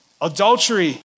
Adultery